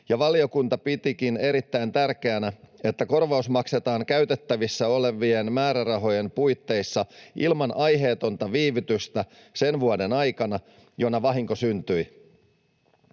ja valiokunta pitikin erittäin tärkeänä, että korvaus maksetaan käytettävissä olevien määrärahojen puitteissa ilman aiheetonta viivytystä sen vuoden aikana, jona vahinko syntyi.